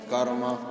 Karma